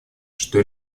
что